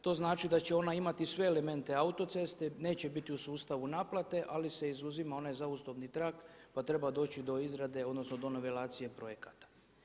To znači da će ona imati sve elemente autoceste, neće biti u sustavu naplate ali se izuzima onaj zaustavni trak pa treba doći do izrade odnosno do novelacije projekata.